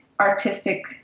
artistic